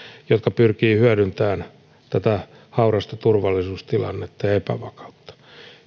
jotka pyrkivät hyödyntämään tätä haurasta turvallisuustilannetta ja epävakautta